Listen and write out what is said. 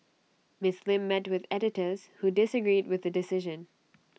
miss Lim met with editors who disagreed with the decision